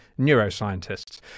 neuroscientists